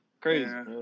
Crazy